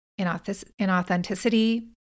inauthenticity